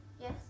Yes